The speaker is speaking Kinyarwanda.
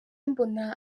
mbona